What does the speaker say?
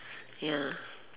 ya